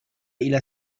إلى